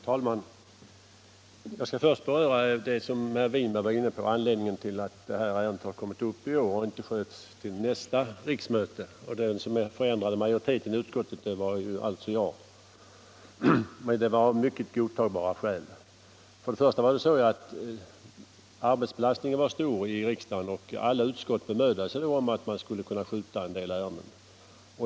Herr talman! Jag skall först beröra vad herr Winberg var inne på, nämligen anledningen till att det här ärendet har kommit upp i år och inte skjutits till nästa riksmöte. Den som förändrade majoriteten i utskottet var alltså jag, men det var på mycket godtagbara skäl. För det första var arbetsbelastningen stor i riksdagen och alla utskott bemödade sig om att skjuta på vissa ärenden.